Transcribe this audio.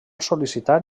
sol·licitar